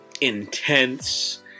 intense